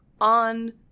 on